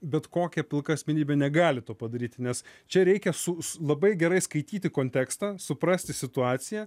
bet kokia pilka asmenybė negali to padaryti nes čia reikia su labai gerai skaityti kontekstą suprasti situaciją